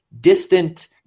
distant